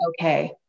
okay